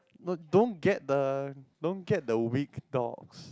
no don't get the don't get the weak dogs